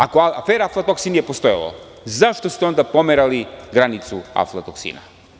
Ako afera aflatoksin nije postojala, zašto ste onda pomerali granicu aflatoksina?